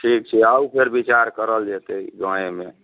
ठीक छै आउ फेर विचार करल जयतै गावेँमे